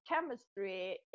chemistry